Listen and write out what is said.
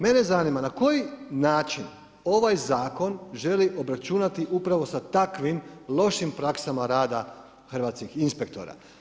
Mene zanima na koji način ovaj zakon želi obračunati upravo sa takvim lošim praksama rada hrvatskih inspektora?